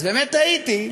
אז באמת תהיתי.